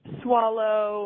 swallow